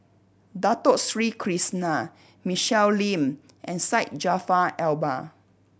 Dato Sri Krishna Michelle Lim and Syed Jaafar Albar